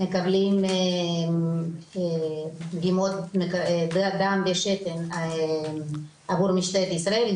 מקבלים דגימות דם ושתן עבור משטרת ישראל,